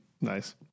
Nice